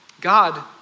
God